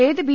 ഏത് ബി